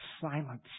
silence